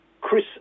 Chris